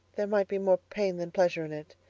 there might be more pain than pleasure in it.